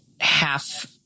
half